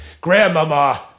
grandmama